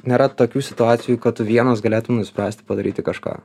nėra tokių situacijų kad tu vienas galėtum nuspręsti padaryti kažką